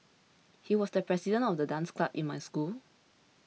he was the president of the dance club in my school